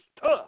tough